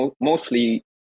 mostly